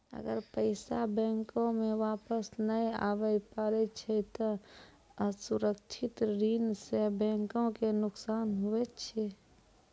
अगर पैसा बैंको मे वापस नै आबे पारै छै ते असुरक्षित ऋण सं बैंको के नुकसान हुवै छै